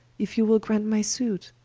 if you will graunt my suite.